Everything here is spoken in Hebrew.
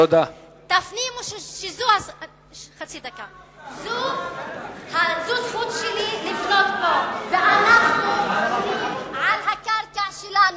תפנימו שזו הזכות שלי לבנות פה ואנחנו בונים על הקרקע שלנו,